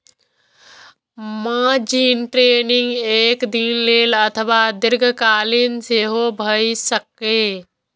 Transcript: margin trading एक दिन लेल अथवा दीर्घकालीन सेहो भए सकैए